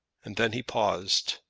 and then he paused.